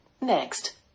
Next